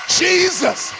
jesus